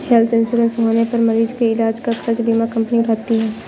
health insurance होने पर मरीज के इलाज का खर्च बीमा कंपनी उठाती है